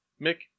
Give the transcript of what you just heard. Mick